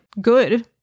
good